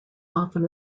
often